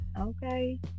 okay